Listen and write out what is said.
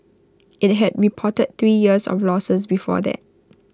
IT had reported three years of losses before that